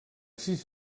sis